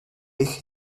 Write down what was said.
eich